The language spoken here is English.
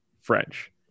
French